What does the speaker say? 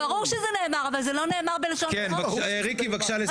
בסעיף 5א,